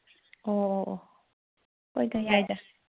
ꯑꯣ ꯑꯣ ꯍꯣꯏꯗ ꯌꯥꯏꯗ